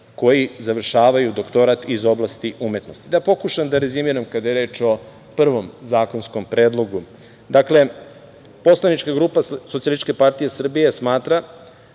koji završavaju doktorat iz oblasti umetnosti. Da pokušam da rezimiram, kada je reč o prvom zakonskom predlogu. Dakle, poslanička grupa SPS smatra